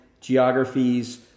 geographies